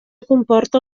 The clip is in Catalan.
comporta